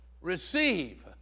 receive